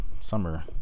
summer